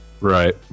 right